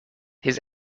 his